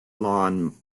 lawn